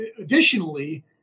additionally